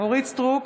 אורית מלכה סטרוק,